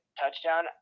touchdown